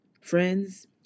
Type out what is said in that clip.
friends